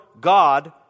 God